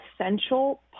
essential